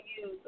use